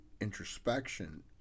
introspection